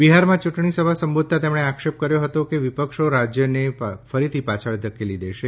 બિહારમાં ચૂંટણી સભા સંબોધતા તેમણે આક્ષેપ કર્યો હતો કે વિપક્ષો રાજ્યને ફરીથી પાછળ ધકેલી દેશે